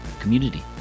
community